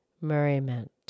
Merriment